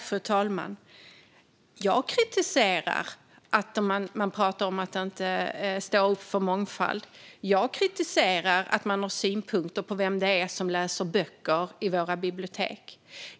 Fru talman! Jag kritiserar att man inte står upp för mångfald. Jag kritiserar att man har synpunkter på vem som läser böcker på våra bibliotek.